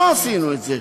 לא עשינו את זה.